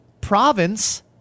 province